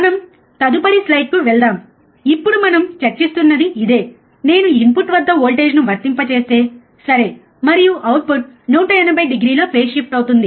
మనం తదుపరి స్లైడ్కు వెళ్దాం ఇప్పుడు మనం చర్చిస్తున్నది ఇదే నేను ఇన్పుట్ వద్ద వోల్టేజ్ను వర్తింపజేస్తే సరే మరియు అవుట్పుట్ 180 డిగ్రీల ఫేస్ షిఫ్ట్ అవుతుంది